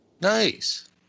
Nice